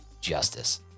justice